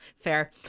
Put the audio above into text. fair